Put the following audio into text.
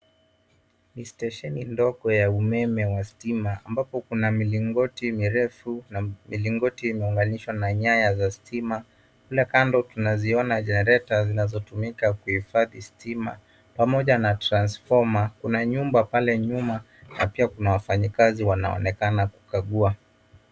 Ni stesheni ndogo ya umeme wa stima ambapo kuna milingoti mirefu na milingoti imeunganishwa na nyaya za stima. Kule kando tunaziona generator zinazotumika kuhifadhi stima pamoja na transformer .Kun nyumba pale nyuma na pia kuna wafanyikazi wanaoonekana kukagua.